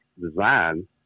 design